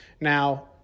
Now